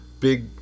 big